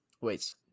Wait